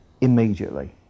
immediately